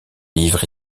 livres